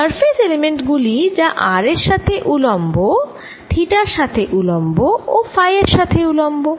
surface element গুলি যা r এর সাথে উলম্ব থিটার সাথে উলম্ব ও ফাই এর সাথে উলম্ব